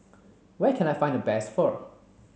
where can I find the best Pho